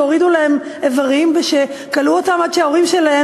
שהורידו להם איברים ושכלאו אותם עד שההורים שלהם